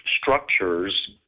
structures